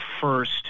first